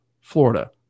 Florida